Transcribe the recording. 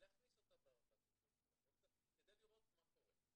להכניס אותן בדרישות של הפוליסה כדי לראות מה קורה,